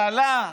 בעלה,